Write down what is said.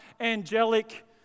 angelic